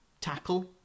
tackle